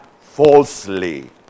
falsely